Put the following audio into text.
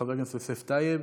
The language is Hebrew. חבר הכנסת יוסף טייב